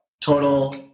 total